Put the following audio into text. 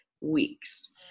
weeks